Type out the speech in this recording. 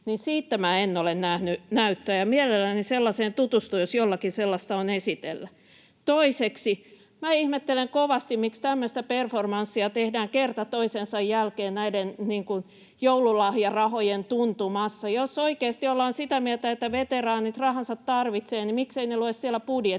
minä en ole nähnyt näyttöä, ja mielelläni sellaiseen tutustun, jos jollakin sellaista on esitellä. Toiseksi ihmettelen kovasti, miksi tämmöistä performanssia tehdään kerta toisensa jälkeen näiden joululahjarahojen tuntumassa. Jos oikeasti ollaan sitä mieltä, että veteraanit rahansa tarvitsevat, niin mikseivät ne lue siellä budjetissa?